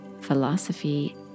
philosophy